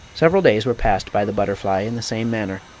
several days were passed by the butterfly in the same manner.